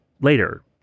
later